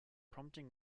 prompting